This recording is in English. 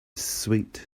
sweet